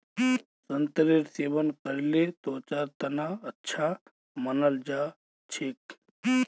संतरेर सेवन करले त्वचार तना अच्छा मानाल जा छेक